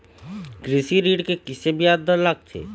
कृषि ऋण के किसे ब्याज दर लगथे?